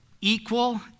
equal